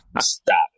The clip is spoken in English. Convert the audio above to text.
stop